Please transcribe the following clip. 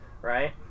right